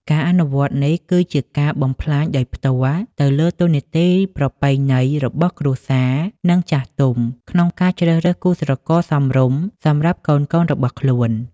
ការអនុវត្តនេះគឺជាការបំផ្លាញដោយផ្ទាល់ទៅលើតួនាទីប្រពៃណីរបស់គ្រួសារ និងចាស់ទុំក្នុងការជ្រើសរើសគូស្រករសមរម្យសម្រាប់កូនៗរបស់ខ្លួន។